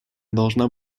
должна